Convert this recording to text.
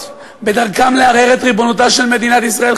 בדרכן לערער את ריבונותה של מדינת ישראל?